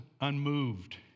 unmoved